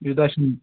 یوٗتاہ چھُنہٕ